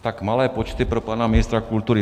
Tak malé počty pro pana ministra kultury.